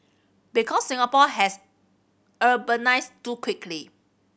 because Singapore has urbanised too quickly